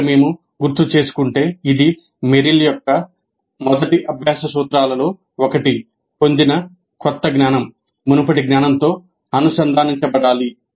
ఇక్కడ మేము గుర్తుచేసుకుంటే ఇది మెర్రిల్ యొక్క మొదటి అభ్యాస సూత్రాలలో ఒకటి పొందిన కొత్త జ్ఞానం మునుపటి జ్ఞానంతో అనుసంధానించబడాలి